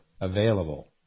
available